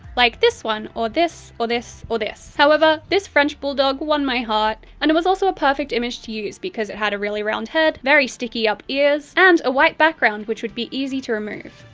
like this one, or this, or this or this. however, this french bulldog won my heart, and it was also a perfect image to use because it had a really round head, very sticky-up ears and a white background which would be easy to remove.